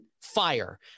fire